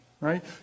Right